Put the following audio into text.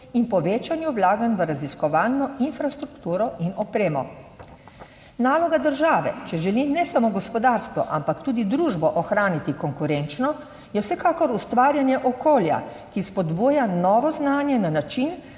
in povečanju vlaganj v raziskovalno infrastrukturo in opremo. Naloga države, če želi ne samo gospodarstvo, ampak tudi družbo ohraniti konkurenčno je vsekakor ustvarjanje okolja, ki spodbuja novo znanje na način,